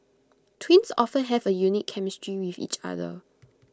twins often have A unique chemistry with each other